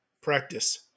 Practice